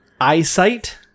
Eyesight